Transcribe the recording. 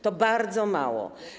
To bardzo mało.